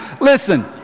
listen